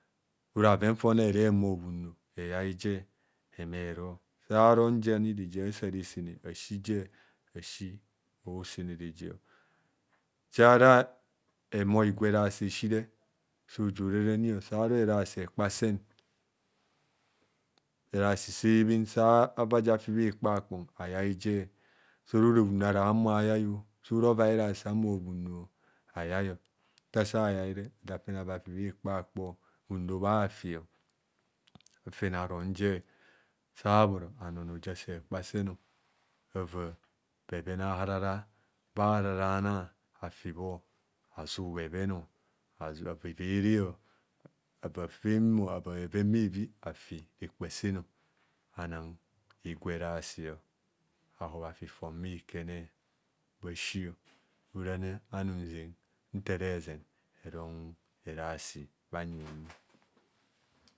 Ora bhoven fa bhona erehumor bhunor eyaije ehumo ero, saron je ani reje asa resene asije asi osene reje jara humo higwa erasi esire sojo raranio saro erasi ekpasen erasi se bhen sa vaje afi bhi kpakpor ayai jer sora bhuno ara humo ayaio sora ova erasi a humo bhunor ayai jer sora bhuno ara humo ayaio sora ova erasi a humo bhunor ayai ntasá yaire afene ava fi bhikpa kpor bhunor bhafio afene aron je sa bhoro anono je aseh hekpasen ava bheven aharara bahba harara bhanan afibho azu bheven azu abe ivere ava femo ava bheven bevi afi rekpasen ana higwa erasio ahob afi fon bhikene bhasio orani anum nzen tereze erasio bhayi rade